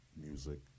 music